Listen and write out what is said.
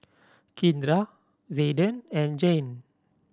Kindra Zayden and Jayne